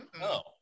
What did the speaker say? No